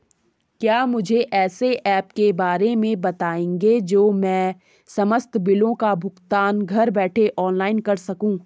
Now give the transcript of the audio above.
क्या मुझे ऐसे ऐप के बारे में बताएँगे जो मैं समस्त बिलों का भुगतान घर बैठे ऑनलाइन कर सकूँ?